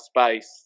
space